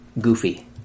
goofy